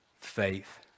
faith